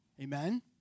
Amen